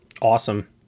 awesome